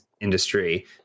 industry